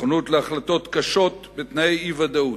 נכונות להחלטות קשות בתנאי אי-ודאות.